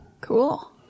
Cool